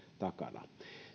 takana